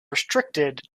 restricted